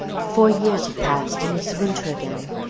four years have passed and it is winter again.